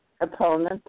opponent